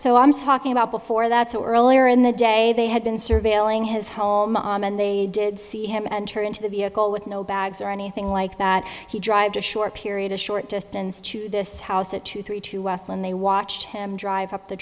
so i'm talking about before that's or earlier in the day they had been surveilling his home and they did see him enter into the vehicle with no bags or anything like that he drives a short period of a short distance to this house at two three two s and they watched him drive up the